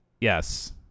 Yes